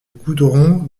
goudron